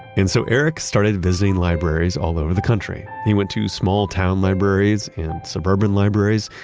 and so eric started visiting libraries all over the country. he went to smalltown libraries, and suburban libraries,